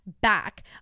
back